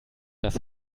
das